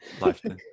life